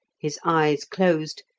his eyes closed,